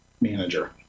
manager